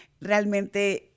Realmente